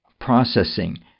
processing